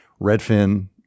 Redfin